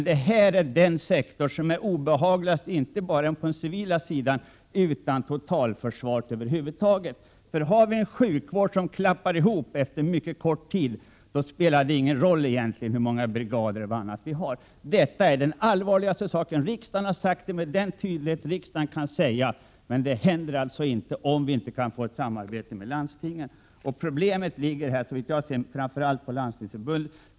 Detta är den sektor som är obehagligast, inte bara för den civila sidan utan för totalförsvaret över huvud taget. Har vi en sjukvård som klappar ihop efter mycket kort tid, spelar det ingen roll hur många brigader och annat vi har. Detta är det allvarligaste. Riksdagen har sagt det med all tydlighet riksdagen mäktar, men det händer ingenting om vi inte kan få ett samarbete med landstingen. Problemet ligger såvitt jag kan förstå framför allt hos Landstingsförbundet.